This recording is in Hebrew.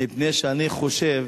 מפני שאני חושב: